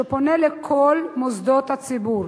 שפונה לכל מוסדות הציבור,